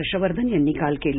हर्षवर्धन यांनी काल केलं